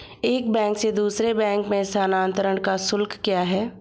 एक बैंक से दूसरे बैंक में स्थानांतरण का शुल्क क्या है?